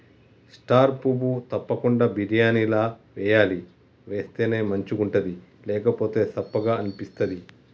star పువ్వు తప్పకుండ బిర్యానీల వేయాలి వేస్తేనే మంచిగుంటది లేకపోతె సప్పగ అనిపిస్తది